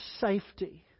safety